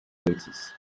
breeches